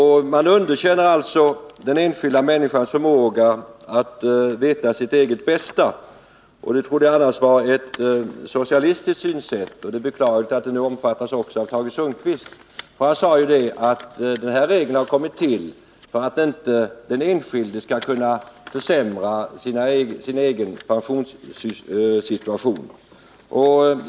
Man underkänner alltså den enskilda människans förmåga att veta sitt eget bästa. Det trodde jag annars var ett socialistiskt synsätt, och det är beklagligt att det omfattas också av Tage Sundkvist. Han sade ju att den här regeln har kommit till för att inte den enskilde skall kunna försämra sin egen pensionssituation.